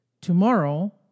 Tomorrow